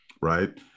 right